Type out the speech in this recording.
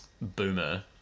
boomer